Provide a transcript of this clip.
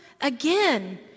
again